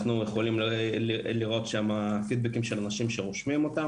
אנחנו יכולים לראות שם פידבקים של אנשים שרושמים אותם,